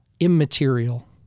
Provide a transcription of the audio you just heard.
immaterial